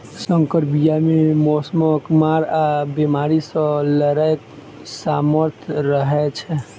सँकर बीया मे मौसमक मार आ बेमारी सँ लड़ैक सामर्थ रहै छै